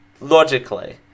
Logically